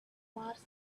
mars